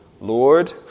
Lord